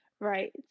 Right